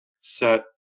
set